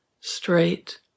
straight